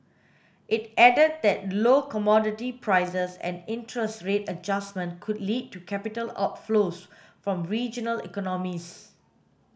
it added that low commodity prices and interest rate adjustment could lead to capital outflows from regional economies